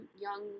young